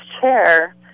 chair